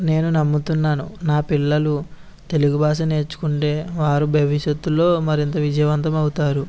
నేను నమ్ముతున్నాను నా పిల్లలు తెలుగు భాష నేర్చుకుంటే వారు భవిష్యత్తులో మరింత విజయవంతం అవుతారు